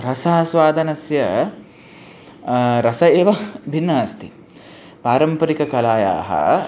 रसावादनस्य रसः एव भिन्नः अस्ति पारम्परिककलायाः